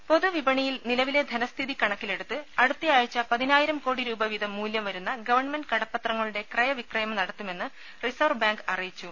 രുക പൊതു വിപണിയിൽ നിലവിലെ ധനസ്ഥിതി കണക്കിലെടുത്ത് അടുത്തയാഴ്ച പതിനായിരം കോടി രൂപ വീതം മൂല്യം വരുന്ന ഗവൺമെന്റ് കടപ്പത്രങ്ങളുടെ ക്രയവിക്രയം നടത്തുമെന്ന് റിസർവ്വ് ബാങ്ക് അറിയിച്ചു